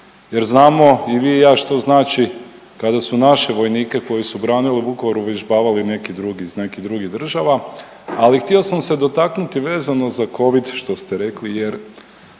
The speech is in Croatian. jer znamo i vi i ja što znači kada su naše vojnike koji su branili Vukovar uvježbavali neki drugi iz nekih drugih država, ali htio sam se dotaknuti vezano za covid što ste rekli jer